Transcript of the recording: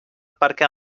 perquè